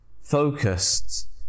focused